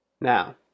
Now